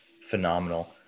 phenomenal